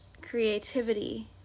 creativity